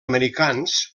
americans